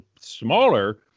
Smaller